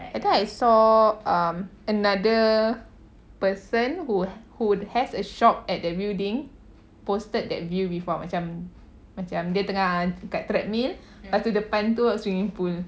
I think I saw um another person who who has a shop at the building posted that view before macam macm dia tengah kat treadmill lepas tu depan tu swimming pool